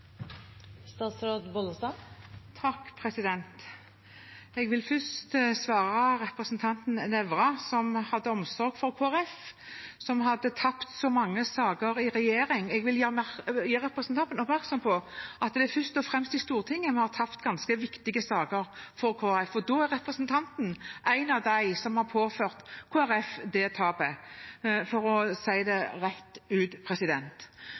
Jeg vil først svare representanten Nævra, som hadde omsorg for Kristelig Folkeparti som hadde tapt så mange saker i regjering. Jeg vil gjerne gjøre representanten oppmerksom på at det er først og fremst i Stortinget vi har tapt saker som er ganske viktige for Kristelig Folkeparti. Da er representanten en av dem som har påført Kristelig Folkeparti det tapet, for å si det rett ut.